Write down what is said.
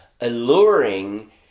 alluring